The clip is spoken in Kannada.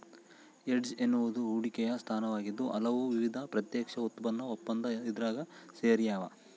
ಹೆಡ್ಜ್ ಎನ್ನುವುದು ಹೂಡಿಕೆಯ ಸ್ಥಾನವಾಗಿದ್ದು ಹಲವು ವಿಧದ ಪ್ರತ್ಯಕ್ಷ ಉತ್ಪನ್ನ ಒಪ್ಪಂದ ಇದ್ರಾಗ ಸೇರ್ಯಾವ